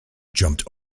jumped